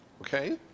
Okay